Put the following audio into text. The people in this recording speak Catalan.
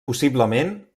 possiblement